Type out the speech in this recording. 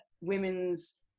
women's